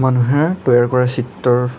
মানুহে তৈয়াৰ কৰা চিত্ৰৰ